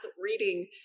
reading